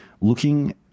looking